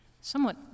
Somewhat